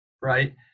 right